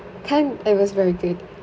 can't it was very good